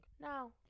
No